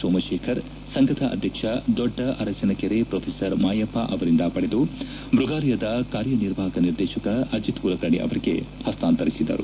ಸೋಮಶೇಖರ್ ಸಂಫದ ಅಧ್ಯಕ್ಷ ದೊಡ್ಡ ಅರಸಿನಕೆರೆ ಪೊಫೆಸರ್ ಮಾಯಪ್ಪ ಅವರಿಂದ ಪಡೆದು ಮೃಗಾಲಯದ ಕಾರ್ಯನಿರ್ವಾಹಕ ನಿರ್ದೇತಕ ಅಜಿತ್ ಕುಲಕರ್ಣಿ ಅವರಿಗೆ ಹಸ್ತಾಂತರಿಸಿದರು